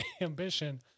ambition